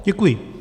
Děkuji.